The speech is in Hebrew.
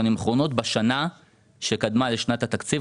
השנים האחרונות בשנה שקדמה לשנת התקציב,